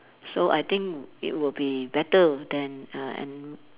so I think it would be better than uh and